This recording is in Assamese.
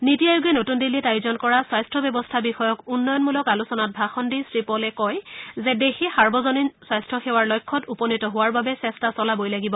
নীতি আয়োগে নতুন দিল্লীত আয়োজন কৰা স্বাস্থ্য ব্যৱস্থা বিষয়ক উন্নয়ণমূলক আলোচনাত ভাষণ দি শ্ৰীপলে কয় যে দেশে সাৰ্বজনীন স্বাস্থ্য সেৱাৰ লক্ষ্যত উপনীত হোৱাৰ বাবে চেষ্টা চলাবই লাগিব